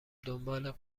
دنبال